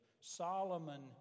Solomon